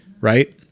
right